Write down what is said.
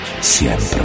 siempre